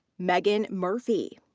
meagan murphy.